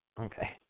Okay